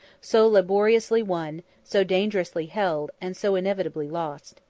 so laboriously won, so dangerously held, and so inevitably lost.